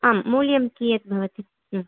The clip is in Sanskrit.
आं मूल्यं कियत् भवति